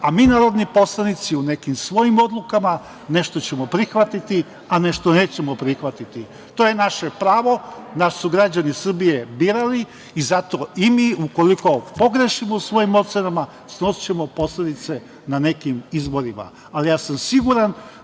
a mi narodni poslanici u nekim svojim odlukama nešto ćemo prihvatiti, a nešto nećemo prihvatiti. To je naše pravo. Nas su građani Srbije birali i zato i mi ukoliko pogrešimo u svojim procenama snosićemo posledice na nekim izborima, ali sam siguran